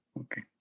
okay